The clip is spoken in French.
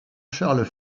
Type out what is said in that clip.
charles